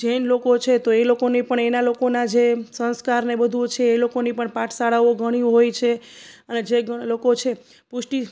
જૈન લોકો છે તો એ લોકોની પણ એના લોકોના જે સંસ્કારને એ બધું છે એ લોકોની પણ પાઠશાળાઓ ઘણી હોય છે અને જે ઘણા લોકો છે પુષ્ટિ